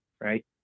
right